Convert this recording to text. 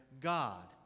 God